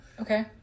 Okay